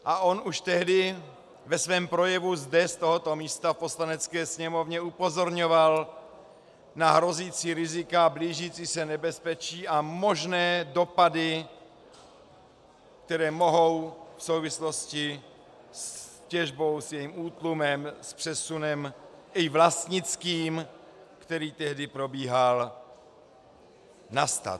A on už tehdy ve svém projevu zde z tohoto místa v Poslanecké sněmovně upozorňoval na hrozící rizika a blížící se nebezpečí a možné dopady, které mohou v souvislosti s těžbou, s jejím útlumem, s přesunem i vlastnickým, který tehdy probíhal, nastat.